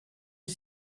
est